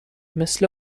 مثل